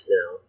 now